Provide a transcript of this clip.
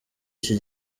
iki